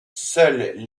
seuls